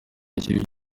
kibi